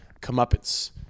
comeuppance